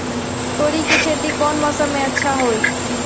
तोड़ी के खेती कौन मौसम में अच्छा होई?